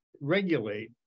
regulate